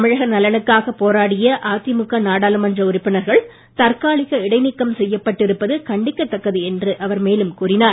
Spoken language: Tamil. தமிழக நலனுக்காக போராடிய அதிமுக நாடாளுமன்ற உறுப்பினர்கள் தற்காலிக இடைநீக்கம் செய்யப்பட்டு இருப்பது கண்டிக்கத்தக்கது என்று அவர் மேலும் கூறினார்